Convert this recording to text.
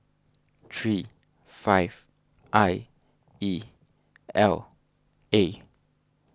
three five I E L A